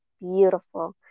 beautiful